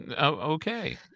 Okay